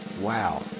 wow